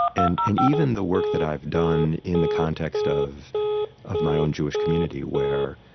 and and even the work that i've done in the context of of my own jewish community where